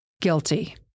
guilty